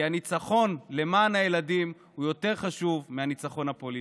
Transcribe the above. כי הניצחון למען הילדים הוא יותר חשוב מהניצחון הפוליטי.